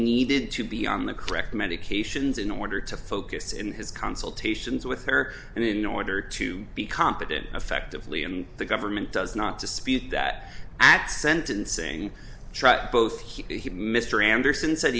needed to be on the correct medications in order to focus in his consultations with her and in order to be competent effectively and the government does not dispute that at sentencing trial both he and mr anderson said